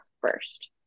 first